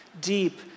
deep